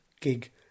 gig